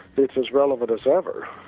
this is relevant as ever,